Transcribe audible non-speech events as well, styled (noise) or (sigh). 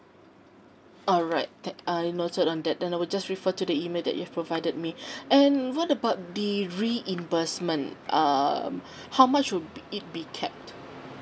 alright that uh noted on that then I will just refer to the E mail that you have provided me (breath) and what about the reimbursement um how much will it be capped